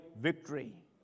victory